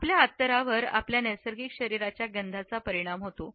आपल्या अतरावर आपल्या नैसर्गिक शरीराच्या गंधाचा परिणाम होतो